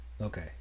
Okay